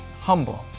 humble